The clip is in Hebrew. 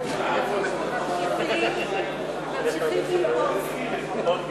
נפגעי מלחמה ושוטרים מארנונה) (תיקון,